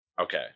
Okay